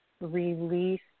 release